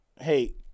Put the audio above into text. Hey